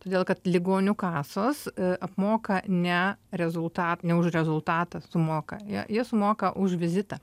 todėl kad ligonių kasos apmoka ne rezultat ne už rezultatą sumoka jie jie sumoka už vizitą